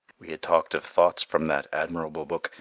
we had talked of thoughts from that admirable book,